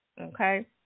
okay